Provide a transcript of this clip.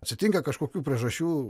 atsitinka kažkokių priežasčių